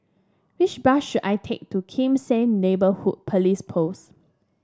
which bus should I take to Kim Seng Neighbourhood Police Post